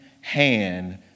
hand